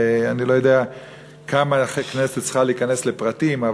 ואני לא יודע כמה הכנסת צריכה להיכנס לפרטים.